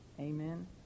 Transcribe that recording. Amen